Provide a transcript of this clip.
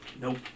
Nope